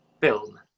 film